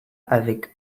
avec